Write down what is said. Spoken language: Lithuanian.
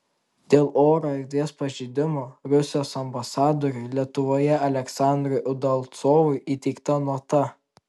dėl oro erdvės pažeidimo rusijos ambasadoriui lietuvoje aleksandrui udalcovui įteikta nota